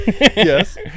Yes